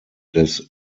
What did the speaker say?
des